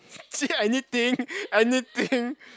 see anything anything